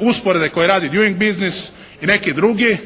usporedbe koje radi … busines i neki drugi,